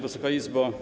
Wysoka Izbo!